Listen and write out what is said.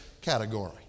category